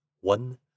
One